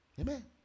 Amen